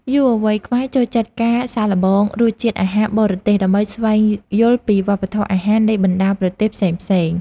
យុវវ័យខ្មែរចូលចិត្តការសាកល្បងរសជាតិអាហារបរទេសដើម្បីស្វែងយល់ពីវប្បធម៌អាហារនៃបណ្តាប្រទេសផ្សេងៗ។